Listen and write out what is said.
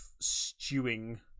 stewing